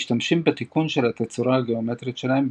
משתמשים בתיקון של התצורה הגאומטרית שלהם,